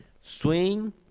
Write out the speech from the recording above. Swing